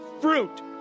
fruit